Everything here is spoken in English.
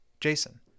Jason